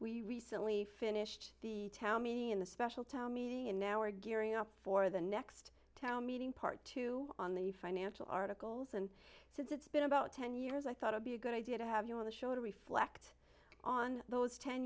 we recently finished the tammy in the special town meeting and now we're gearing up for the next town meeting part two on the financial articles and since it's been about ten years i thought i'd be a good idea to have you on the show to reflect on those ten